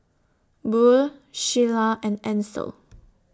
Buell Sheila and Ancel